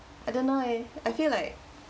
I don't know I I feel like